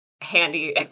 handy